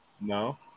No